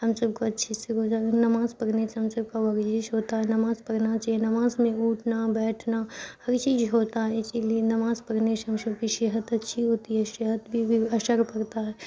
ہم سب کو اچھے سے روزہ نماز پرھنے سے ہم سب کا ورزش ہوتا ہے نماز پرھنا چاہیے نماز میں اٹھنا بیٹھنا ہر چیج ہوتا ہے اسی لیے نماز پرھنے شے ہم شب کی سحت اچھی ہوتی ہے سحت پہ بھی عصر پڑتا ہے